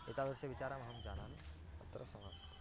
एतादृशविचारमहं जानामि अत्र समाप्तम्